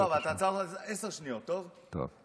עשר שניות, טוב?